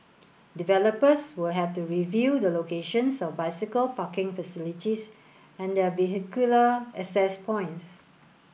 developers will have to review the locations of bicycle parking facilities and their vehicular access points